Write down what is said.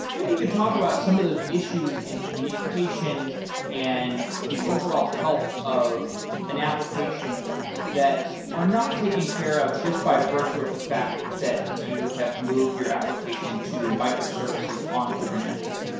maybe you could talk about some of those issues in communications and the overall health of an application that are not taken care of just by virtue of the fact that you have moved your application to microservices on kubernetes.